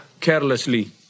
carelessly